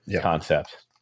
concept